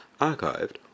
archived